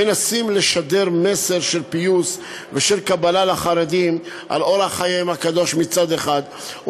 מנסים לשדר מסר של פיוס ושל קבלה לחרדים על אורח חייהם הקדוש מצד אחד,